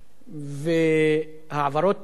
והעברות תקציבים,